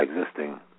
existing